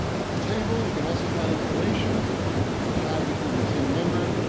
at the table, you can also find information on how to become a museum member,